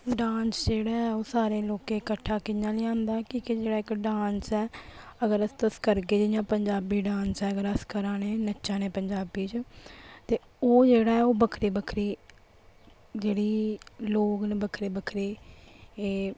dance जेहड़ा ऐ ओह् सारे लोकें कट्ठा कि'यां लेआंदा ऐ कि एक जेह्ड़ा डांस ऐ अगर अस तुस करगे जियां पंजाबी डांस ऐ अगर अस करा'ने नच्चा'ने पंजाबी च ते ओह् जेहड़ा ऐ ओह् बक्खरी बक्खरी जेहड़ी लोग ने बक्खरे बक्खरे एह्